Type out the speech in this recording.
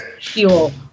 fuel